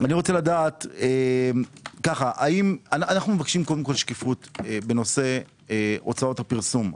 אני רוצה לדעת האם אנו מבקשים שקיפות בנושא הוצאות הפרסום.